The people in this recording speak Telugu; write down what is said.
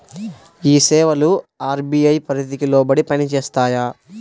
ఈ సేవలు అర్.బీ.ఐ పరిధికి లోబడి పని చేస్తాయా?